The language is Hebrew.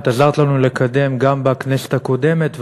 עזרת לנו לקדם גם בכנסת הקודמת,